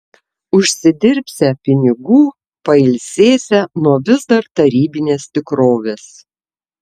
užsidirbsią pinigų pailsėsią nuo vis dar tarybinės tikrovės